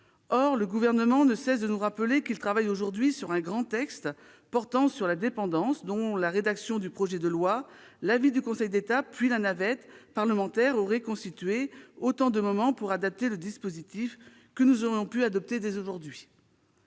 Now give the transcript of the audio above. Or le Gouvernement n'a de cesse de nous rappeler qu'il travaille aujourd'hui à un grand texte sur la dépendance : la rédaction de ce projet de loi, la remise de l'avis du Conseil d'État, puis la navette parlementaire auraient constitué autant de moments opportuns pour adapter le dispositif que nous aurions pu adopter dès aujourd'hui.